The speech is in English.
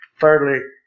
Thirdly